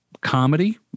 comedy